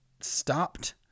stopped